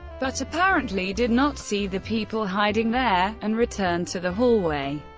but apparently did not see the people hiding there, and returned to the hallway.